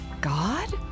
God